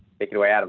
take it away. adam